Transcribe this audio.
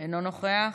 אינו נוכח.